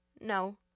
No